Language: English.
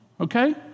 Okay